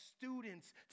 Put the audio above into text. students